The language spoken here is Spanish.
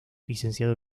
licenciado